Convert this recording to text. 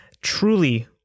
truly